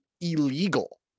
illegal